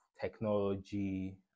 technology